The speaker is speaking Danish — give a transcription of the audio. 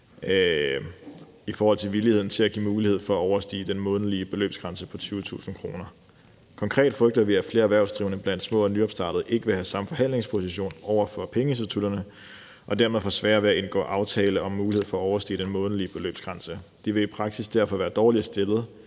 i forhold til villigheden til at give mulighed for at overstige den månedlige beløbsgrænse på 20.000 kr. Konkret frygter vi, at flere små og nystartede erhvervsdrivende ikke vil have samme forhandlingsposition over for pengeinstitutterne og dermed får sværere ved at indgå aftale om muligheden for at overstige den månedlige beløbsgrænse. De vil i praksis derfor være dårligere stillet